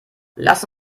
lass